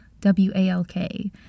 W-A-L-K